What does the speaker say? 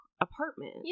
apartment